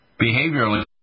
behaviorally